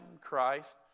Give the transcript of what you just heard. Christ